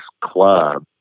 club